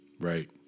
Right